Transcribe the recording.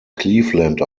cleveland